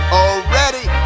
already